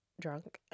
drunk